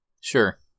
Sure